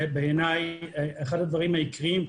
ובעיניי זה אחד הדברים העיקריים,